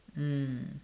mm